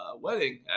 wedding